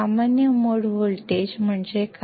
common mode voltage ಎಂದರೇನು